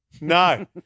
No